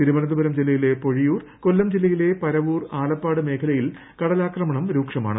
തിരുവനന്തപുരം ജില്ലയിലെ പൊഴിയൂർ കൊല്ലം ജില്ലയിലെ പരവൂർ ആലപ്പാട് മേഖലയിൽ കടലാക്രമണം രൂക്ഷമാണ്